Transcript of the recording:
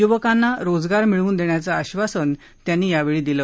युवकांना रोजगार मिळवून देण्याचं आश्वासन त्यांनी यावेळी दिलं